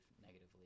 negatively